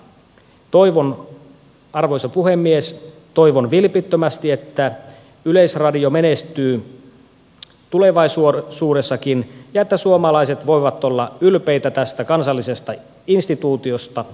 toivon arvoisa puhemies vilpittömästi että yleisradio menestyy tulevaisuudessakin ja että suomalaiset voivat olla ylpeitä tästä kansallisesta instituutiosta